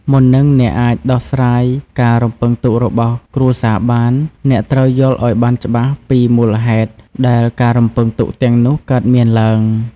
មុននឹងអ្នកអាចដោះស្រាយការរំពឹងទុករបស់គ្រួសារបាន អ្នកត្រូវយល់ឱ្យច្បាស់ពីមូលហេតុដែលការរំពឹងទុកទាំងនោះកើតមានឡើង។